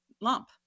lump